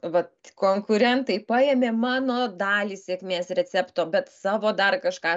vat konkurentai paėmė mano dalį sėkmės recepto bet savo dar kažką